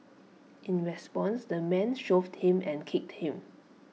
in response the man shoved him and kicked him